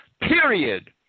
period